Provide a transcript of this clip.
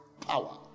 Power